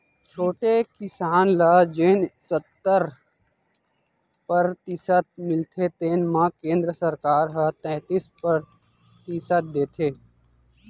छोटे किसान ल जेन सत्तर परतिसत मिलथे तेन म केंद्र सरकार ह तैतीस परतिसत देथे